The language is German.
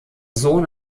sohn